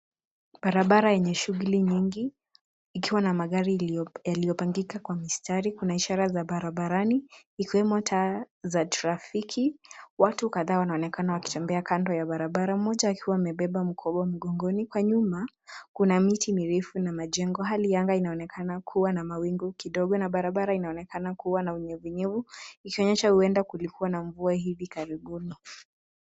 Barabara yenye shughuli nyingi ikiwa na magari yaliyopangika kwa mistari. Kuna ishara za barabarani ikiwemo taa za trafiki. Watu kadhaa wanaonekana wakitembea kando ya barabara, mmoja akiwa amebeba mkoba mgongoni. Kwa nyuma, kuna miti mirefu na majengo. Hali ya anga inaonekana kuwa na mawingu kidogo na barabara inaonekana kuwa na unyevunyevu ikonyesha huenda kulikuwa na mvua hivi karibuni.